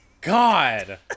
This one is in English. god